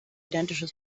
identischen